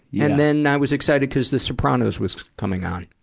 and then, i was excited cuz the sopranos was coming on.